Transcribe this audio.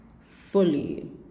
fully